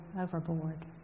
overboard